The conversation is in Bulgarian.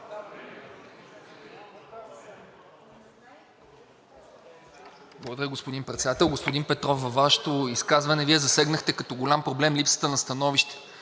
Благодаря, господин Председател. Господин Петров, във Вашето изказване Вие засегнахте като голям проблем липсата на становище.